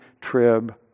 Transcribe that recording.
trib